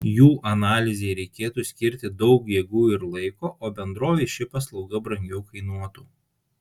jų analizei reikėtų skirti daug jėgų ir laiko o bendrovei ši paslauga brangiau kainuotų